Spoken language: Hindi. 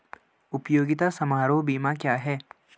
उपयोगिता समारोह बीमा क्या है?